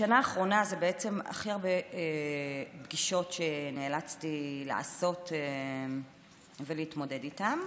בשנה האחרונה בעצם היו הכי הרבה פגישות שנאלצתי לעשות ולהתמודד איתן.